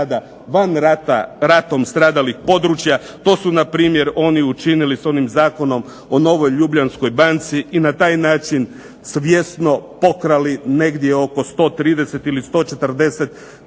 van rata ratom stradalih područja. To su na primjer oni učinili sa onim zakonom o novoj Ljubljanskoj banci i na taj način svjesno pokrali negdje oko 130 ili 140000